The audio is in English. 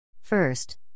First